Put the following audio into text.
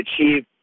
achieve